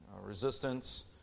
resistance